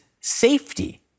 safety